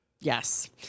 Yes